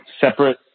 separate